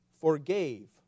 forgave